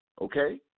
Okay